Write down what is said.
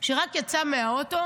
שרק יצא מהאוטו